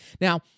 Now